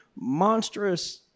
monstrous